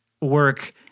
work